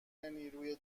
نیروی